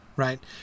Right